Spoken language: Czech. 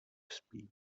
spí